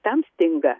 tam stinga